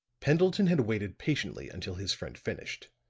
pendleton had waited patiently until his friend finished.